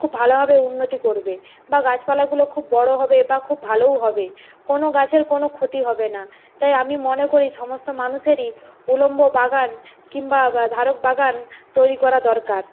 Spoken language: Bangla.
খুব ভালোভাবে উন্নতি করবে বা গাছপালাগুলো খুব বড়ো হবে বা খুব ভালোও হবে কোনো গাছের কোনো ক্ষতি হবে না তাই আমি মনে করি সমস্ত মানুষেরই উলম্ব বাগান কিম্বা ধারক বাগান তৈরি করা দরকার